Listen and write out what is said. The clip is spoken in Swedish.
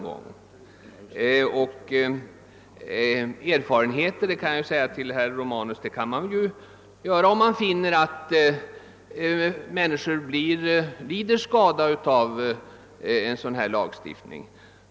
Till herr Romanus vill jag säga att erfarenheter kan man göra, om man finner att människor lider skada av en sådan här lagstiftning.